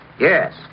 Yes